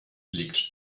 liegt